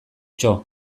txo